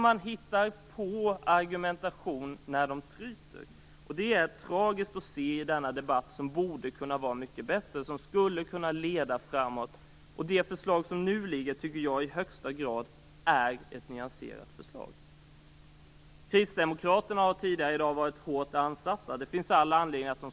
Man hittar på argument när de tryter, och det är tragiskt att se i denna debatt som borde kunna vara mycket bättre och som skulle kunna leda framåt. Det förslag som nu har lagts fram är ett i högsta grad nyanserat förslag. Kristdemokraterna har tidigare i dag varit hårt ansatta, och det finns det all anledning till.